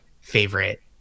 favorite